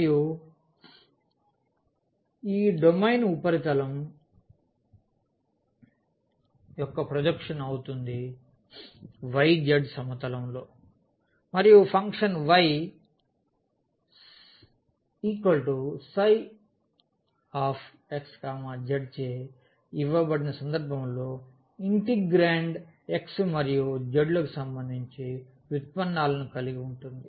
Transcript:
మరియు ఈ డొమైన్ ఉపరితలం యొక్క ప్రొజెక్షన్ అవుతుంది yz సమతలంలో మరియు ఫంక్షన్ yψxz చే ఇవ్వబడిన సందర్భంలో ఇంటిగ్రేండ్ x మరియు z లకు సంబంధించి ఉత్పన్నాలను కలిగి ఉంటుంది